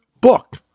book